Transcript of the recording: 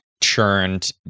churned